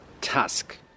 task